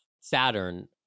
Saturn